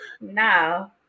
No